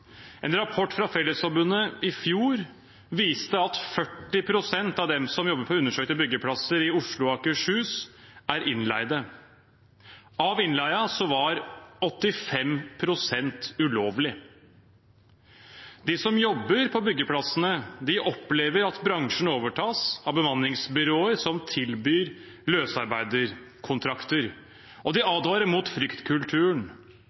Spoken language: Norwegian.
En rapport fra Fellesforbundet i fjor viste at 40 pst. av dem som jobber på undersøkte byggeplasser i Oslo og Akershus, er innleid. Av innleien var 85 pst. ulovlig. De som jobber på byggeplassene, opplever at bransjen overtas av bemanningsbyråer som tilbyr løsarbeiderkontrakter, og de